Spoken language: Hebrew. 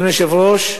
אדוני היושב-ראש,